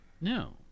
No